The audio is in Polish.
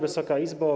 Wysoka Izbo!